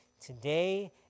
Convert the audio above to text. Today